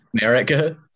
America